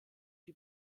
die